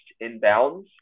inbounds